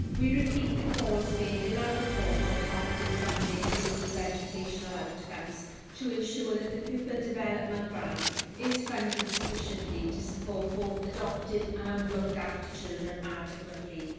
we repeat the calls made in our report on targeted funding to improve educational outcomes to ensure that the pupil development grant is funded sufficiently to support both adopted and looked-after children adequately.